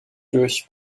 durch